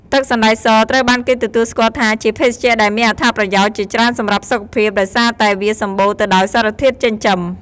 ទឹកសណ្តែកសត្រូវបានគេទទួលស្គាល់ថាជាភេសជ្ជៈដែលមានអត្ថប្រយោជន៍ជាច្រើនសម្រាប់សុខភាព ដោយសារតែវាសម្បូរទៅដោយសារធាតុចិញ្ចឹម។